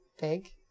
Big